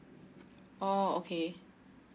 oh okay